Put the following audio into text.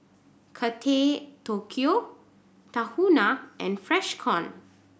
Kate Tokyo Tahuna and Freshkon